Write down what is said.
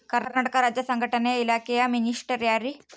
ಕರ್ನಾಟಕ ರಾಜ್ಯದ ಸಂಘಟನೆ ಇಲಾಖೆಯ ಮಿನಿಸ್ಟರ್ ಯಾರ್ರಿ?